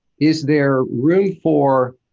is there room for